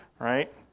right